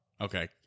Okay